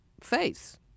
face